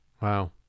Wow